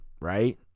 Right